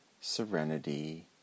serenity